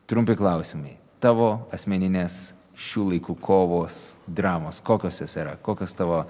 trumpi klausimai tavo asmeninės šių laikų kovos dramos kokios jos yra kokios tavo